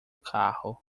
carro